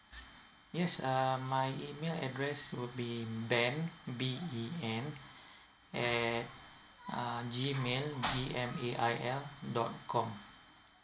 yes uh my email address would be ben B E N at uh G mail G M A I L dot com